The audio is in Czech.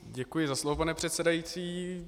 Děkuji za slovo, pane předsedající.